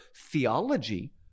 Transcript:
theology